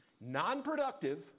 Non-productive